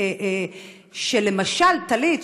שלמשל טלית,